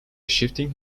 shifting